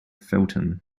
felton